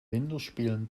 winterspielen